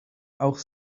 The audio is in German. auch